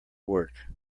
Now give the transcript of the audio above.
work